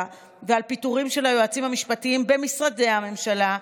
ובפיטורים של היועצים המשפטיים במשרדי הממשלה,